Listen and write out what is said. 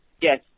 yes